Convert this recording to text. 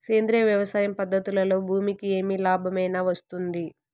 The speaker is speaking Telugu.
సేంద్రియ వ్యవసాయం పద్ధతులలో భూమికి ఏమి లాభమేనా వస్తుంది?